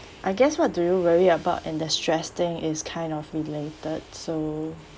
I guess what do you worry about and the stressing is kind of related so